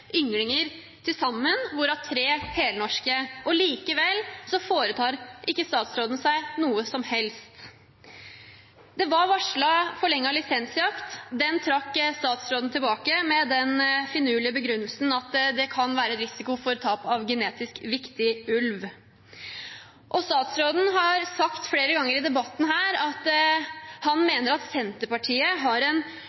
sammen, hvorav 3 er helnorske. Likevel foretar ikke statsråden seg noe som helst. Det var varslet en forlenget lisensjakt, men det trakk statsråden tilbake, med den finurlige begrunnelsen at det kan være en risiko for tap av genetisk viktig ulv. Statsråden har sagt flere ganger i debatten at han